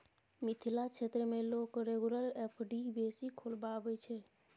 मिथिला क्षेत्र मे लोक रेगुलर एफ.डी बेसी खोलबाबै छै